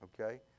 okay